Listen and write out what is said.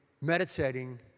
meditating